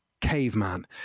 Caveman